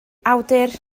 awdur